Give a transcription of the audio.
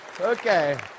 Okay